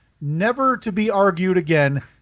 never-to-be-argued-again